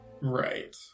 Right